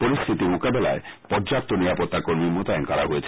পরিস্থিতি মোকাবেলায় পর্যাপ্ত নিরাপত্তা কর্মী মোতায়েন করা হয়েছে